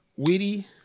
Witty